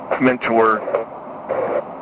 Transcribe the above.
mentor